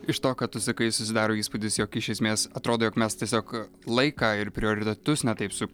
iš to ką tu sakai susidaro įspūdis jog iš esmės atrodo jog mes tiesiog laiką ir prioritetus ne taip su